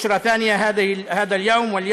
בשורה שנייה ביום זה.